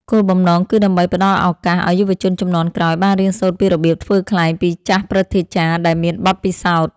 គោលបំណងគឺដើម្បីផ្ដល់ឱកាសឱ្យយុវជនជំនាន់ក្រោយបានរៀនសូត្រពីរបៀបធ្វើខ្លែងពីចាស់ព្រឹទ្ធាចារ្យដែលមានបទពិសោធន៍។